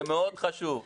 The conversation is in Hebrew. זה מאוד חשוב.